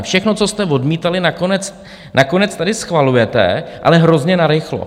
Všechno, co jste odmítali, nakonec tady schvalujete, ale hrozně narychlo.